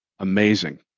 Amazing